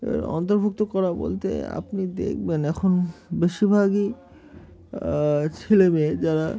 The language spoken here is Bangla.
এর অন্তর্ভুক্ত করা বলতে আপনি দেখবেন এখন বেশিরভাগই ছেলেমেয়ে যারা